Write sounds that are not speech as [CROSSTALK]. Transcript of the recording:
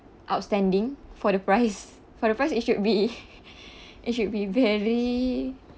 outstanding for the price [LAUGHS] for the price it should be [LAUGHS] it should be very